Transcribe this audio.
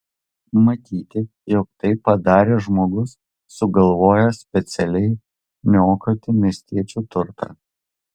matyti jog tai padarė žmogus sugalvojęs specialiai niokoti miestiečių turtą